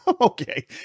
Okay